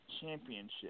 championship